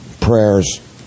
prayers